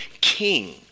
king